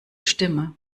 stimme